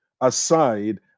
aside